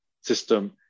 system